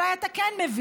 אולי אתה כן מבין,